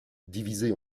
divisé